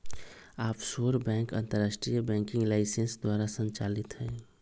offshore bank अंतरराष्ट्रीय banking licence द्वारा संचालित हइ